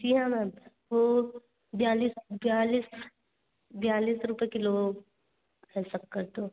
जी हाँ मैम वो बयालिस बयालिस बयालिस रुपए किलो है शक्कर तो